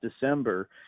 December